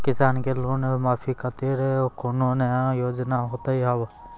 किसान के लोन माफी खातिर कोनो नया योजना होत हाव?